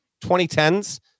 2010s